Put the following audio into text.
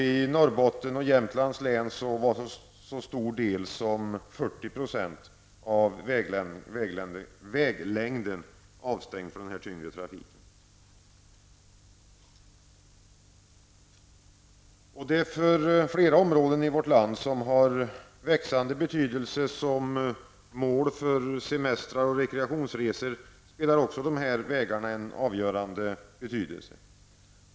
I Norrbotten och Jämtlands län var så stor del som 40 % av väglängden avstängd för den tyngre trafiken. För flera områden i vårt land, som har växande betydelse som mål för semester och rekreationsresor, har dessa vägar avgörande betydelse.